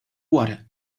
water